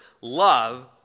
love